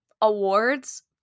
awards